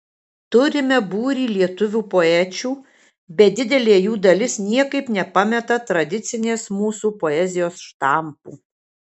turime būrį lietuvių poečių bet didelė jų dalis niekaip nepameta tradicinės mūsų poezijos štampų